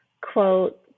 quote